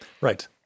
Right